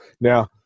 Now